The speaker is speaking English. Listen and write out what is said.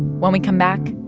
when we come back,